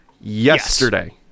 yesterday